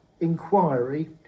Inquiry